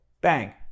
Bang